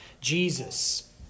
Jesus